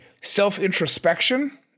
self-introspection